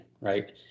right